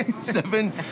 Seven